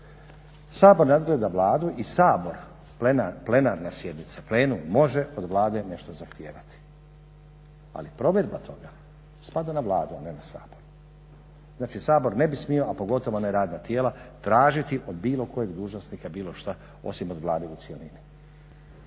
Sabor nadgleda Vladu i Sabor, plenarna sjednica, plenum može od Vlade nešto zahtijevati, ali provedba toga spada na Vladu a ne na Sabor. Znači, Sabor ne bi smio, a pogotovo ne radna tijela, tražiti od bilo kojeg dužnosnika bilo što osim od Vlade u cjelini.